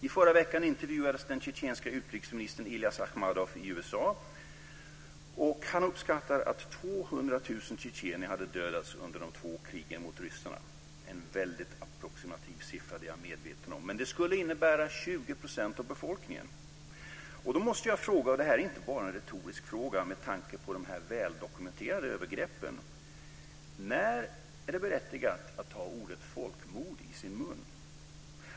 I förra veckan intervjuades den tjetjenska utrikesministern i USA. Han uppskattade att 200 000 Jag är medveten om att det är en väldigt approximativ siffra, men det skulle innebära 20 % av befolkningen. Jag måste ställa en fråga. Det är med tanke på dessa väldokumenterade övergrepp inte bara en retorisk fråga. När är det berättigat att ta ordet folkmord i sin mun?